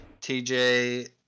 TJ